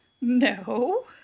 no